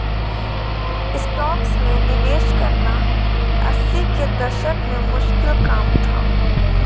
stocks में निवेश करना अस्सी के दशक में मुश्किल काम था